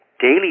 daily